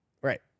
Right